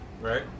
right